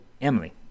Emily